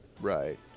right